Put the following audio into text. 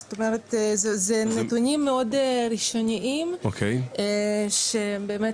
זה נתונים מאוד ראשוניים שבאמת,